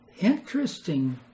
interesting